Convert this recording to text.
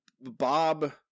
Bob